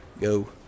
Go